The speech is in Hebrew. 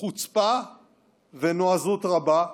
חוצפה ונועזות רבה.